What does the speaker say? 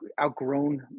outgrown